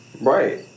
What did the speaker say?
Right